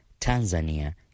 Tanzania